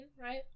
right